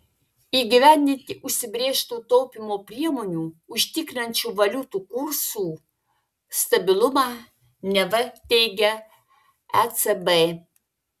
įgyvendinti užsibrėžtų taupymo priemonių užtikrinančių valiutų kursų stabilumą neva teigia ecb